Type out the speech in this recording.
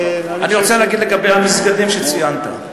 אני רוצה להגיד לגבי המסגדים שציינת.